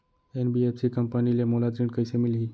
NBFC company ले मोला ऋण कइसे मिलही?